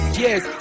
yes